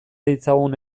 ditzagun